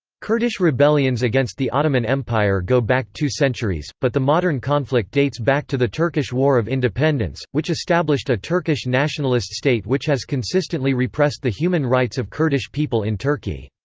kurdish rebellions against the ottoman empire go back two centuries, but the modern conflict dates back to the turkish war of independence, which established a turkish nationalist state which has consistently repressed the human rights of kurdish people in turkey.